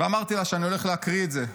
ואמרתי לה שאני הולך להקריא את זה.